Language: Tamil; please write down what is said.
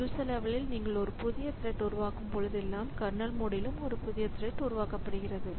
யூசர் லெவலில் நீங்கள் ஒரு புதிய த்ரெட் உருவாக்கும் போதெல்லாம் கர்னல் மோடிலும் ஒரு புதிய த்ரெட் உருவாக்கப்படுகிறது